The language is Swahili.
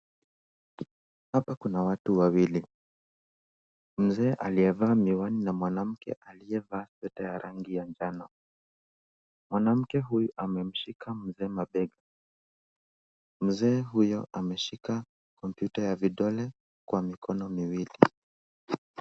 Hapa kuna watu wawili. Mzee aliyevaa miwani na mwanamke aliyevaa sweta ya rangi ya njano. Mwanamke huyu amemshika mzee mabega. Mzee huyo ameshika kompyuta ya vidole kwa mikono miwili.